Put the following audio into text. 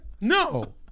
No